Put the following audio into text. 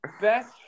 Best